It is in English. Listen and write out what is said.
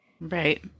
Right